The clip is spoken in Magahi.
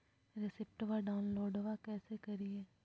रेसिप्टबा डाउनलोडबा कैसे करिए?